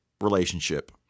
relationship